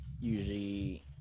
usually